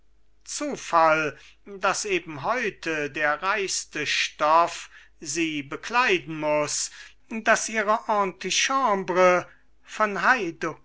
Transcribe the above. zufall daß eben heute der reichste stoff sie bekleiden muß daß ihre antichambre von